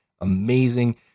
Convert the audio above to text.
amazing